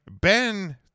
Ben